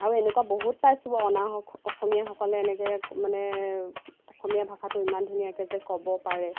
আৰু এনেকুৱা বহুত পাইছোঁ অনাঅসমীয়াসকলে এনেকৈ মানে অসমীয়া ভাষাটো ইমান ধুনীয়াকৈ যে ক'ব পাৰে